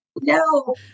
No